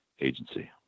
agency